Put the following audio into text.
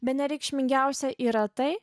bene reikšmingiausia yra tai